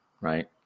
right